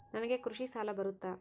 ನನಗೆ ಕೃಷಿ ಸಾಲ ಬರುತ್ತಾ?